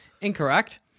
Incorrect